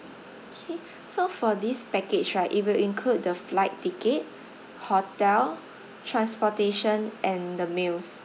K so for this package right it will include the flight ticket hotel transportation and the meals